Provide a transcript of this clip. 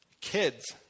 Kids